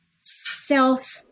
self